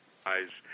eyes